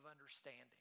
understanding